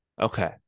Okay